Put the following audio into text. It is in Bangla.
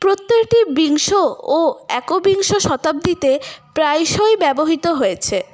প্রত্যেকটি বিংশ ও একবিংশ শতাব্দীতে প্রায়সই ব্যবহৃত হয়েছে